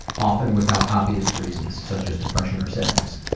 often without obvious reasons such as depression or sadness.